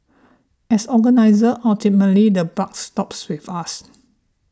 as organisers ultimately the bucks stops with us